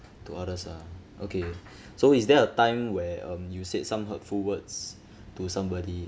to others ah okay so is there a time where um you said some hurtful words to somebody